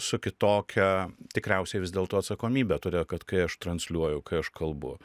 su kitokia tikriausiai vis dėlto atsakomybe todėl kad kai aš transliuoju kai aš kalbu